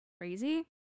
crazy